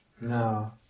No